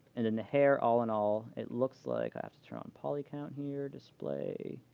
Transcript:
and then the hair all in all, it looks like i have to turn on poly count here, display.